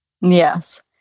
Yes